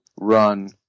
run